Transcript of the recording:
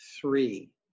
Three